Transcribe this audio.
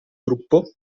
gruppo